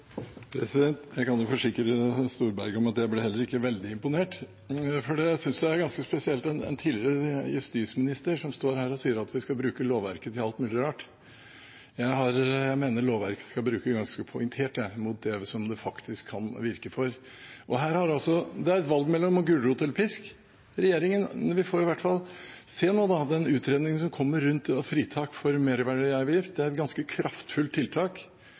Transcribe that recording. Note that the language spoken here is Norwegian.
Jeg kan forsikre Storberget om at jeg ble heller ikke veldig imponert, for jeg synes det er ganske spesielt at det er en tidligere justisminister som står her og sier at vi skal bruke lovverket til alt mulig rart. Jeg mener at lovverket skal brukes ganske poengtert mot det som det faktisk kan virke for. Det er et valg mellom gulrot og pisk. Vi får i hvert fall først se på den utredningen som kommer, rundt fritak for merverdiavgift. Det er et ganske kraftfullt tiltak,